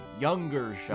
Younger